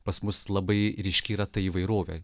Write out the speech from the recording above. pas mus labai ryški yra ta įvairovė